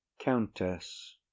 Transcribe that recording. Countess